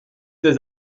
ces